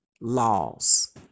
laws